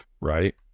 right